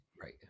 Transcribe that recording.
right